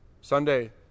Sunday